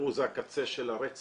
ותזכרו זה הקצה של הרצף,